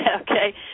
Okay